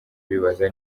bibaza